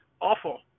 awful